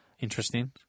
Interesting